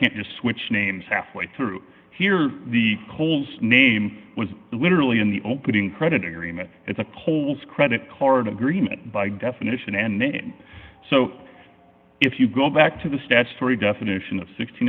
can't just switch names half way through here the coles name was literally in the opening credit agreement it's a coles credit card agreement by definition and so if you go back to the statutory definition of sixty